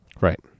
Right